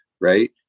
right